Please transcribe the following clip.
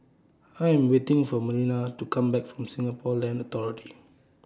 I Am waiting For Melina to Come Back from Singapore Land Authority